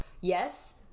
Yes